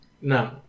No